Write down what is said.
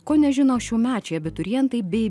ko nežino šiųmečiai abiturientai bei